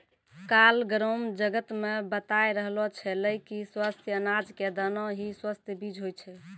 काल ग्राम जगत मॅ बताय रहलो छेलै कि स्वस्थ अनाज के दाना हीं स्वस्थ बीज होय छै